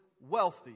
wealthy